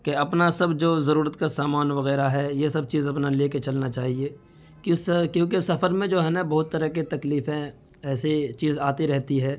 کہ اپنا سب جو ضرورت کا سامان وغیرہ ہے یہ سب چیز اپنا لے کے چلنا چاہیے کہ کیونکہ سفر میں جو ہے نا بہت طرح کے تکلیفیں ایسی چیز آتی رہتی ہے